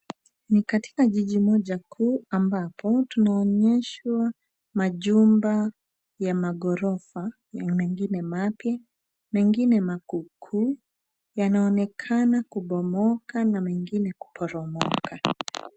Ni katika jiji moja kuu ambapo tunaonyeshwa majumba ya ghorofa ya mengine mapya, mengine makuukuu yanaonekana kubomoka na mengine kuporomoka.